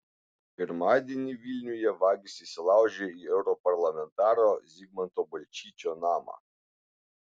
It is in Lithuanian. pirmadienį vilniuje vagys įsilaužė į europarlamentaro zigmanto balčyčio namą